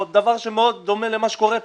דבר שמאוד דומה למה שקורה פה.